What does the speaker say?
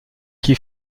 qui